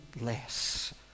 less